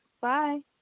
Bye